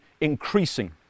increasing